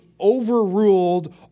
overruled